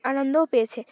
আনন্দও পেয়েছে